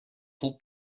خوب